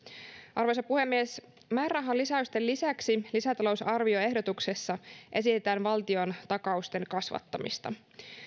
arvoisa puhemies määrärahalisäysten lisäksi lisätalousarvioehdotuksessa esitetään valtiontakausten kasvattamista